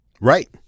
Right